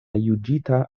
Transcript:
juĝita